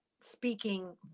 speaking